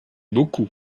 beaucoup